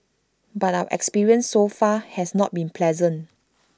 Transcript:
but our experience so far has not been pleasant